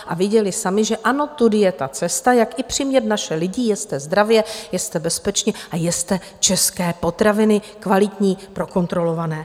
A viděli sami, že ano, tudy je ta cesta, jak i přimět naše lidi jezte zdravě, jezte bezpečně a jezte české potraviny kvalitní, prokontrolované.